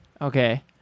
Okay